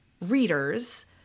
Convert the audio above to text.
readers